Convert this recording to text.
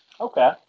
Okay